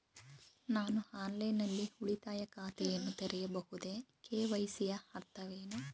ನಾನು ಆನ್ಲೈನ್ ನಲ್ಲಿ ಉಳಿತಾಯ ಖಾತೆಯನ್ನು ತೆರೆಯಬಹುದೇ? ಕೆ.ವೈ.ಸಿ ಯ ಅರ್ಥವೇನು?